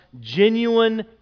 genuine